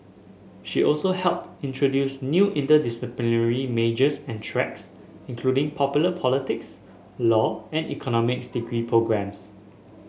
she also helped introduce new interdisciplinary majors and tracks including popular politics law and economics degree programmes